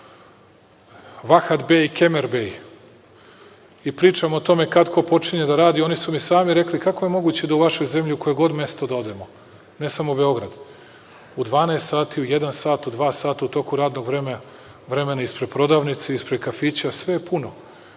Vahat bej, Kemer bej i pričamo o tome kada ko počinje da radi, oni su mi sami rekli kako je moguće da u vašoj zemlji u koje god mesto da odemo, ne samo Beograd u dvanaest sati, u jedan sat u dva sata u toku radnog vremena, ispred prodavnice, ispred kafića sve je puno